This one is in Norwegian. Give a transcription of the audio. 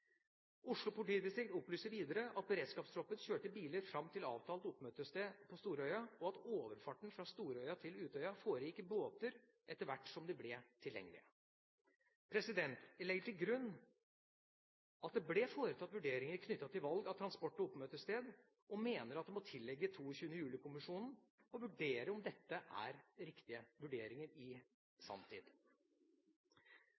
Oslo politidistrikt opplyser videre at beredskapstroppen kjørte biler fram til avtalt oppmøtested på Storøya, og at overfarten fra Storøya til Utøya foregikk i båter etter hvert som de ble tilgjengelige. Jeg legger til grunn at det ble foretatt vurderinger knyttet til valg av transport og oppmøtested, og mener at det må tilligge 22. juli-kommisjonen å vurdere om dette er riktige vurderinger i